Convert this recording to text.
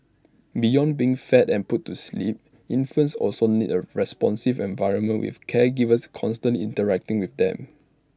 beyond being fed and put to sleep infants also need A responsive environment with caregivers constant interacting with them